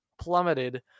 plummeted